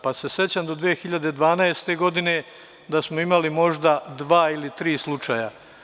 Pa se sećam 2012. godine da smo imali možda dva ili tri slučaja.